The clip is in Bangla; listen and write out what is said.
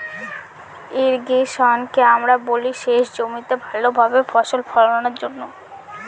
ইর্রিগেশনকে আমরা বলি সেচ জমিতে ভালো ভাবে ফসল ফোলানোর জন্য